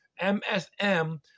MSM